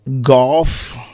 golf